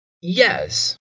Yes